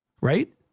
right